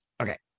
Okay